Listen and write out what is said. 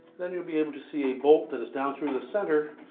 then you'll be able to see a bolt that is down through the center,